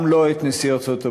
גם לא את נשיא ארצות-הברית.